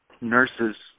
nurse's